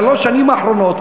שלוש השנים האחרונות,